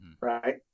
right